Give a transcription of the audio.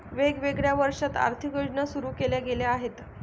वेगवेगळ्या वर्षांत आर्थिक योजना सुरू केल्या गेल्या आहेत